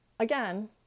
Again